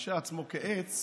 ומקשה עצמו לעץ